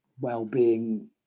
well-being